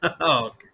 Okay